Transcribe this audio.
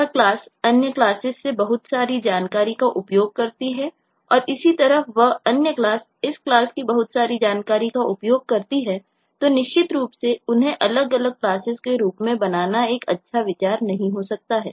यह क्लास अन्य क्लासेस से बहुत सारी जानकारी का उपयोग करती हैऔर इसी तरह वह अन्य क्लास इस क्लास की बहुत सारी जानकारी का उपयोग करती है तो निश्चित रूप से उन्हें अलग अलग क्लासेस के रूप में बनाना एक अच्छा विचार नहीं हो सकता है